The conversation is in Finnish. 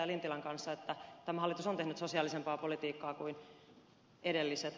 lintilän kanssa että tämä hallitus on tehnyt sosiaalisempaa politiikkaa kuin edelliset